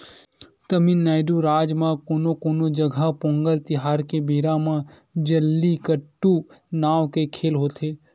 तमिलनाडू राज म कोनो कोनो जघा पोंगल तिहार के बेरा म जल्लीकट्टू नांव के खेल होथे